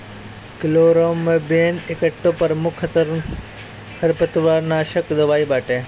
chloramben एकठे प्रमुख खरपतवारनाशक दवाई बाटे